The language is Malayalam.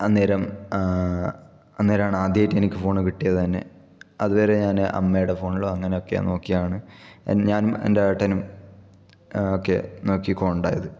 അന്നേരം അന്നേരമാണ് ആദ്യമായിട്ട് എനിക്ക് ഫോൺ കിട്ടിയത് തന്നെ അതുവരെ ഞാന് അമ്മയുടെ ഫോണിലോ അങ്ങനെയൊക്കെ നോക്കിയാണ് ഞാൻ എന്റെ ഏട്ടനും ഒക്കെ നോക്കി കൊണ്ടായത്